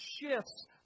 shifts